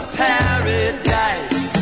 paradise